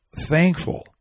thankful